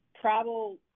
travel